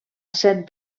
set